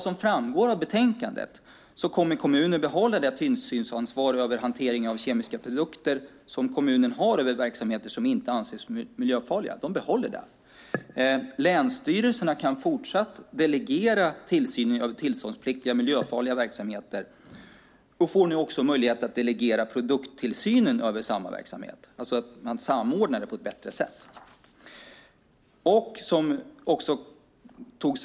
Som framgår av betänkandet kommer kommunerna att behålla det tillsynsansvar över hantering av kemiska produkter som kommunerna har över verksamheter som inte anses vara miljöfarliga. Länsstyrelserna kan fortsatt delegera tillsynen av tillståndspliktiga miljöfarliga verksamheter, och får nu också möjlighet att delegera produkttillsynen över samma verksamhet. Man samordnar det alltså på ett bättre sätt.